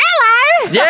Hello